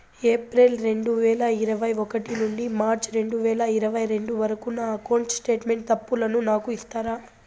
April రెండు వేల ఇరవై ఒకటి నుండి మార్చ్ రెండు వేల ఇరవై రెండు వరకు నా అకౌంట్ స్టేట్మెంట్ తప్పులను నాకు ఇస్తారా?